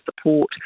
support